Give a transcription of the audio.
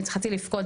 התחלתי לבכות,